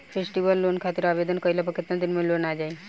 Festival loan खातिर आवेदन कईला पर केतना दिन मे लोन आ जाई?